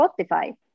Spotify